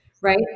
Right